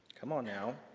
come on now.